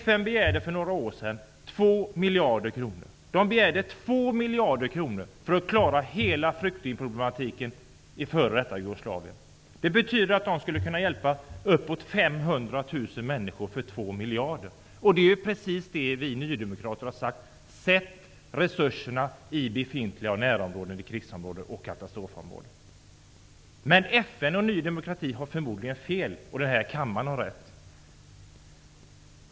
FN begärde för några år sedan 2 miljarder kronor för att klara hela flyktingproblematiken i f.d. Jugoslavien. Det betyder att de skulle kunna hjälpa uppåt 500 000 människor för 2 miljarder. Det är ju precis det vi nydemokrater har sagt: Sätt in resurserna i befintliga närområden, krigsområden och katastrofområden! Men FN och Ny demokrati har förmodligen fel, och kammaren har rätt.